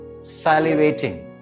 salivating